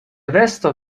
vesto